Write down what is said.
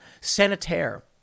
sanitaire